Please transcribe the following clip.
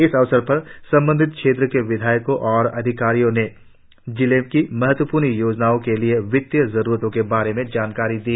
इस अवसर पर संबंधित क्षेत्रों के विधायको और अधिकारियों ने जिले की महत्वपूर्ण योजनाओ के लिए वित्तीय जरुरतो के बारे में जानकारी दी